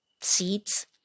seeds